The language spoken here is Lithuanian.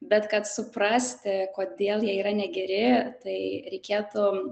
bet kad suprasti kodėl jie yra negeri tai reikėtų